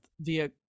via